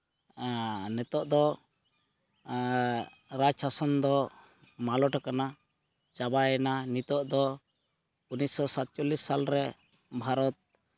ᱟᱨ ᱱᱤᱛᱚᱜ ᱫᱚ ᱨᱟᱡᱽ ᱥᱟᱥᱚᱱ ᱫᱚ ᱢᱟᱞᱚᱴ ᱠᱟᱱᱟ ᱪᱟᱵᱟᱭᱮᱱᱟ ᱱᱤᱛᱚᱜ ᱫᱚ ᱩᱱᱤᱥᱥᱚ ᱥᱟᱛᱪᱚᱞᱞᱤᱥ ᱥᱟᱞᱨᱮ ᱵᱷᱟᱨᱚᱛ